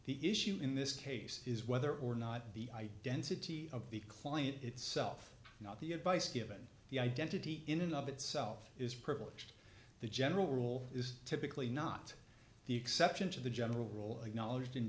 the issue in this case is whether or not the identity of the client itself not the advice given the identity in an of itself is privileged the general rule is typically not the exception to the general rule acknowledge